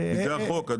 בגלל החוק.